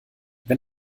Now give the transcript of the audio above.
wenn